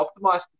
optimized